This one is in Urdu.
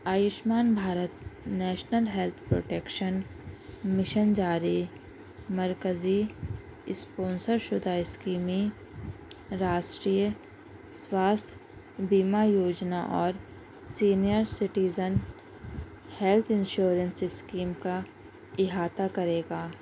Ayushman Bharat national health protection mission جاری مرکزی اسپانسر شدہ اسکیم راشٹریہ سواستھ بیمہ یوجنا اور senior citizen health insurance scheme کا اَحاطہ کرے گا